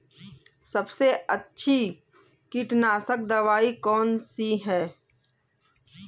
सबसे अच्छी कीटनाशक दवाई कौन सी है?